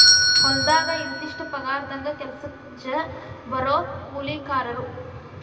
ಹೊಲದಾಗ ಇಂತಿಷ್ಟ ಪಗಾರದಂಗ ಕೆಲಸಕ್ಜ ಬರು ಕೂಲಿಕಾರರು